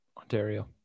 Ontario